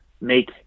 make